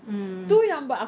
mm mm mm